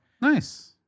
Nice